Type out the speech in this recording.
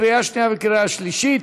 לקריאה שנייה וקריאה שלישית.